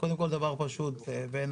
קודם כל דבר פשוט בעיניי,